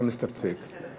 אתה מסתפק?